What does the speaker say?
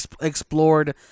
explored